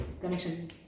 Connection